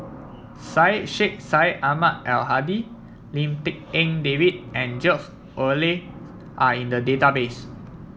Syed Sheikh Syed Ahmad Al Hadi Lim Tik En David and George Oehler are in the database